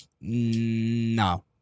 No